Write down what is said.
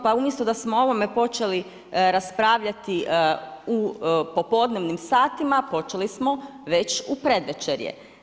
Pa umjesto da smo o ovome počeli raspravljati u popodnevnim satima počeli smo već u predvečerje.